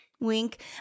Wink